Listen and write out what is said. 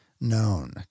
known